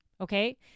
okay